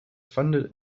funded